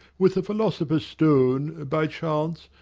with the philosopher's stone, by chance,